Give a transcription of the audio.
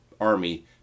Army